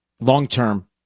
long-term